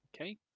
Okay